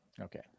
okay